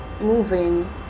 moving